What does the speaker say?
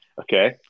Okay